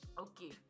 Okay